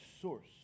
source